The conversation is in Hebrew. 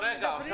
חבר